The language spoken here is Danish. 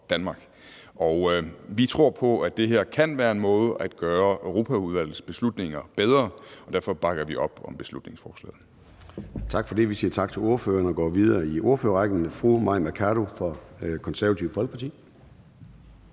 Danmark. Og vi tror på, at det her kan være en måde at gøre Europaudvalgets beslutninger bedre på, og derfor bakker vi op om beslutningsforslaget. Kl. 10:12 Formanden (Søren Gade): Tak for det. Vi siger tak til ordføreren og går videre i ordførerrækken til fru Mai Mercado fra Det Konservative Folkeparti.